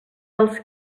als